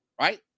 right